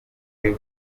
live